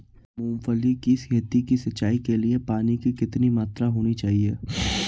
मूंगफली की खेती की सिंचाई के लिए पानी की कितनी मात्रा होनी चाहिए?